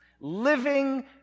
Living